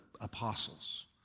apostles